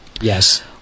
Yes